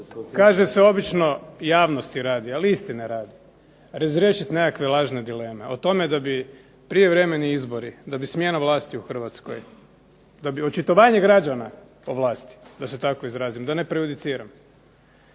kaže se obično javnosti radi, ali istine radi, razriješiti neke lažne dileme. O tome da bi prijevremeni izbori, da bi smjena vlasti u Hrvatskoj, da bi očitovanje građana o vlasti da se tako izrazim da ne prejudiciram,